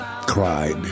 cried